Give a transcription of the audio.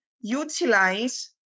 utilize